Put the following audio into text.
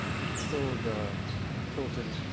he told tolton,